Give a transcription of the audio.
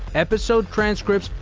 episode transcripts,